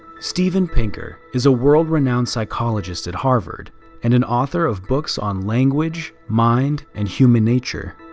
steven pinker is a world-renowned psychologist at harvard and an author of books on language, mind, and human nature.